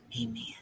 Amen